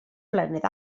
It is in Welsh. flynedd